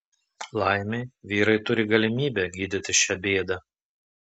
laimei vyrai turi galimybę gydytis šią bėdą